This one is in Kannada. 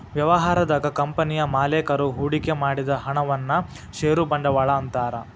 ವ್ಯವಹಾರದಾಗ ಕಂಪನಿಯ ಮಾಲೇಕರು ಹೂಡಿಕೆ ಮಾಡಿದ ಹಣವನ್ನ ಷೇರ ಬಂಡವಾಳ ಅಂತಾರ